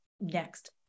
next